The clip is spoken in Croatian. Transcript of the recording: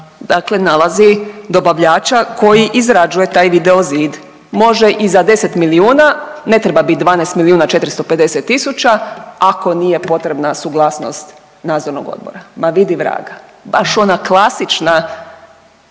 Dakle, nalazi dobavljača koji izrađuje taj video zid. Može i 10 milijuna ne treba biti 12 milijuna 450 tisuća ako nije potrebna suglasnost nadzornog odbora. Ma vidi vraga. Baš ona klasična,